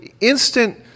instant